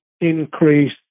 increase